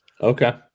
Okay